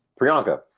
priyanka